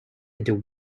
into